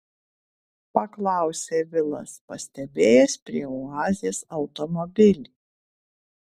paklausė vilas pastebėjęs prie oazės automobilį